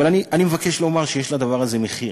אבל אני מבקש לומר שיש לדבר הזה מחיר,